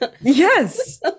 Yes